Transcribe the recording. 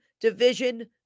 division